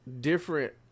different